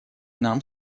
нам